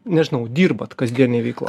nežinau dirbat kasdienėj veikloj